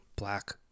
black